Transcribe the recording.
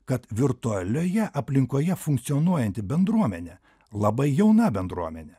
kad virtualioje aplinkoje funkcionuojanti bendruomenė labai jauna bendruomenė